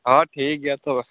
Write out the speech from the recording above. ᱦᱮᱸ ᱴᱷᱤᱠᱜᱮᱭᱟ ᱛᱚᱵᱮ